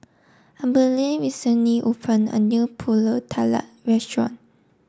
Abdiel recently opened a new Pulut Tatal Restaurant